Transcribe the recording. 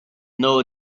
know